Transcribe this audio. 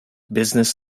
business